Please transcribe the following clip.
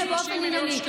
אם זה באופן ענייני,